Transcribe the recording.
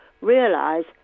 realise